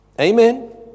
Amen